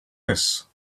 his